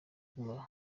guma